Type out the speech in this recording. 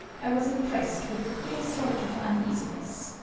i was impressed with a queer sort of uneasiness.